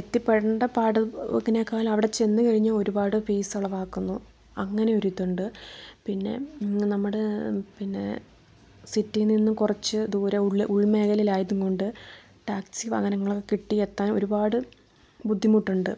എത്തിപ്പെടണ്ട പാടിനേക്കാൾ അവിടെ ചെന്ന് കഴിഞ്ഞ ഒരുപാട് ഫീസുളവാക്കുന്നു അങ്ങനെയൊരിതുണ്ട് പിന്നെ നമ്മുടെ പിന്നെ സിറ്റി നിന്നും കുറച്ച് ദൂരെ ഉൾ ഉൾമേഖലയിലായതും കൊണ്ട് ടാക്സി വാഹനങ്ങൾ ഒക്കെ കിട്ടി എത്താൻ ഒരുപാട് ബുദ്ധിമുട്ടുണ്ട്